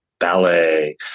ballet